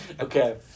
Okay